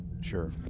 Sure